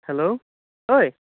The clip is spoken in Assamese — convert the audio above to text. হেল্ল' ঐ